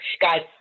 Guys